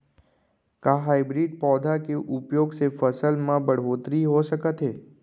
का हाइब्रिड पौधा के उपयोग से फसल म बढ़होत्तरी हो सकत हे?